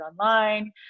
online